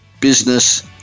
Business